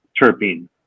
terpene